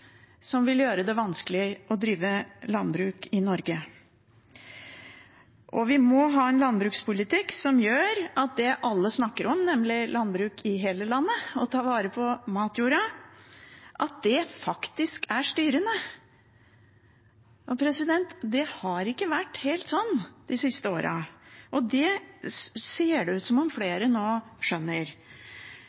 som vil gjøre det vanskelig å drive landbruk i Norge. Vi må ha en landbrukspolitikk som gjør at det alle snakker om, nemlig landbruk i hele landet og å ta vare på matjorda, faktisk er styrende. Det har ikke vært helt sånn de siste årene, og det ser det ut som at flere nå skjønner.